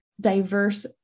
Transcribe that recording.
diverse